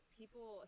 people